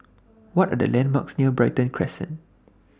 What Are The landmarks near Brighton Crescent